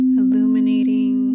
illuminating